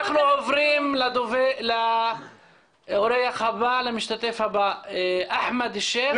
אנחנו עוברים לאורח הבא, למשתתף הבא, אחמד ---.